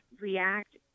react